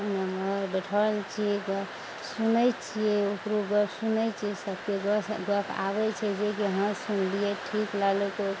ओ बैठल छियै गऽ सुनय छियै ओकरो गप सुनय छियै सबके गप आबय छै जेकि हँ सुनलियै ठीक लागलइ तऽ ओ